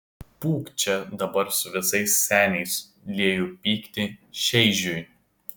pūk čia dabar su visais seniais lieju pyktį šeižiui